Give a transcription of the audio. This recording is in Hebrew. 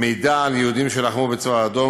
מידע על יהודים שלחמו בצבא האדום,